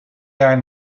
jaar